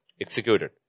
executed